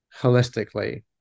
holistically